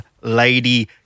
Lady